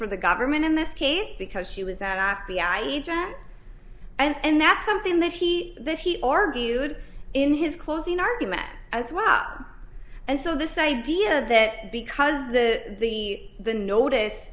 for the government in this case because she was that b i e john and that's something that he this he argued in his closing argument as well and so this idea that because the the the notice